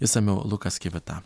išsamiau lukas kivita